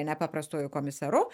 nepaprastuoju komisaru